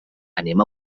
anem